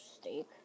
steak